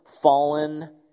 fallen